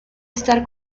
estar